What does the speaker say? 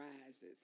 rises